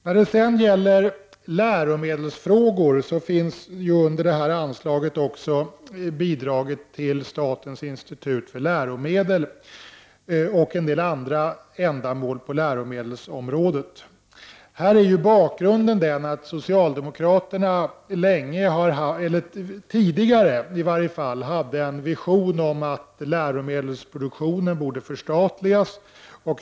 När det sedan gäller läromedelsfrågor finns under anslaget också bidrag till statens institut för läromedel och en del andra ändamål på läromedelsområdet. Här är bakgrunden den att socialdemokraterna tidigare hade en vision om att läromedelsproduktionen skulle förstatligas.